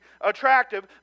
attractive